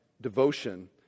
devotion